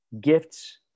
gifts